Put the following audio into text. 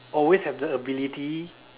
always have the ability